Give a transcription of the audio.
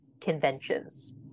conventions